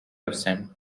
absent